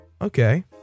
okay